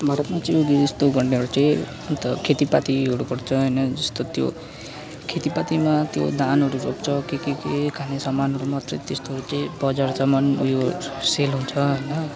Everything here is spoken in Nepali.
मद्दतमा चाहिँ मैले यसो हरू चाहिँ अन्त खेतीपातीहरू पर्छ होइन जस्तो त्यो खेतीपातीमा त्यो धानहरू रोप्छ के के के खाने सामानहरू मात्रै त्यस्तो केही बजारसम्म उयो सेल हुन्छ होइन